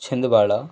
Chhindwara